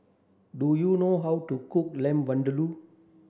do you know how to cook Lamb Vindaloo